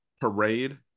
parade